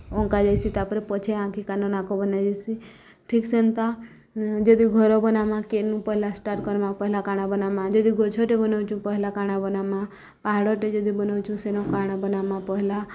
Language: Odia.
ଅଙ୍କା ଯାଇସି ତା'ପରେ ପଛେ ଆଙ୍କି କାନ ନାକ ବନାଯାଏସି ଠିକ୍ ସେନ୍ତା ଯଦି ଘର ବନାମା କେନୁ ପହେଲା ଷ୍ଟାର୍ଟ୍ କର୍ମା ପହେଲା କାଣା ବନାମା ଯଦି ଗଛ୍ଟେ ବନଉଚୁ ପହେଲା କାଣା ବନାମା ପାହାଡ଼୍ଟେ ଯଦି ବନଉଚୁଁ ସେନ କାଣା ବନାମା ପହେଲା